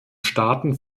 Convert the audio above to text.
staaten